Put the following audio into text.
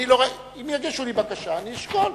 אם יגישו לי בקשה, אני אשקול.